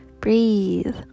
breathe